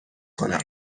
کنم